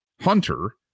hunter